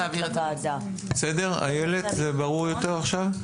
בסדר איילת, זה ברור יותר עכשיו?